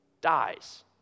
dies